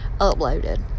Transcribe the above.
uploaded